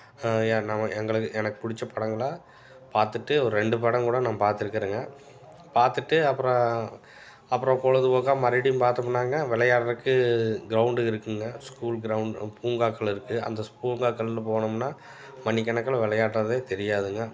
யார் நம்ம எங்களுக்கு எனக்கு பிடிச்ச படங்களாக பார்த்துட்டு ஒரு ரெண்டு படம் கூட நான் பார்த்துருக்கறேங்க பார்த்துட்டு அப்புறோம் அப்புறம் பொழுதுபோக்காக மறுபுடியும் பார்த்தோம்னாங்க விளையாட்றக்கு கிரௌண்டு இருக்குதுங்க ஸ்கூல் கிரௌண்ட் பூங்காக்கள் இருக்குது அந்த ஸ் பூங்காக்கள்னு போனோம்னால் மணிக்கணக்கில் விளையாடறதே தெரியாதுங்க